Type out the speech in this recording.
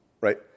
Right